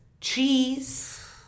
cheese